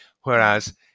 whereas